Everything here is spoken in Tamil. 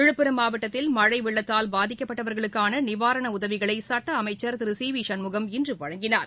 விழுப்புரம் மாவட்டத்தில் மழை வெள்ளத்தால் பாதிக்கப்பட்டவர்களுக்கான நிவாரண உதவிகளை சட்டஅமைச்சர் திரு சி வி சண்முகம் இன்று வழங்கினார்